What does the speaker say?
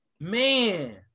Man